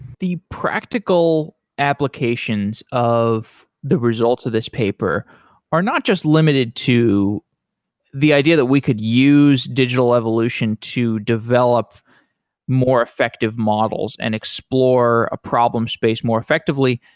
the practical applications of the results of this paper are not just limited to the idea that we could use digital evolution to develop more effective models and explore a problem space more effectively.